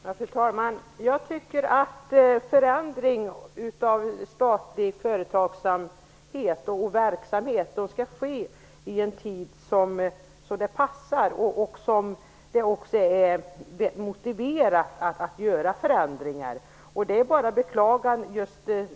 Fru talman! Jag tycker att förändring av statlig företagsamhet och verksamhet skall ske i en tid då det passar och då det är motiverat att göra förändringar.